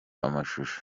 amashusho